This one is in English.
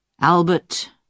Albert